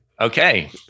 Okay